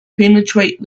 penetrate